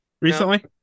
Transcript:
Recently